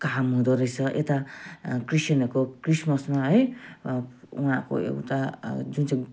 काम हुँदोरहेछ यता क्रिस्चियनहरूको क्रिसमसमा है उहाँको एउटा जुन चाहिँ